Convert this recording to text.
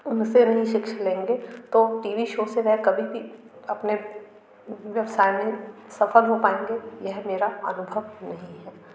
उन से नहीं शिक्षण लेंगे तो टी वी शो से वे कभी भी अपने व्यवसाय मे सफल हो पाएंगे यह मेरा अनुभव नहीं है